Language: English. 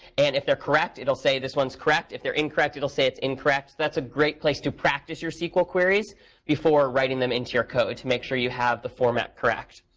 and if they're correct, it'll say, this one's correct. if they're incorrect, it'll say, it's incorrect. that's a great place to practice your sql queries before writing them into your code, to make sure you have the format correct.